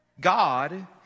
God